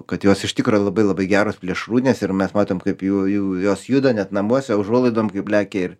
kad jos iš tikro labai labai geros plėšrūnės ir mes matom kaip jų jų jos juda net namuose užuolaidom kaip lekia ir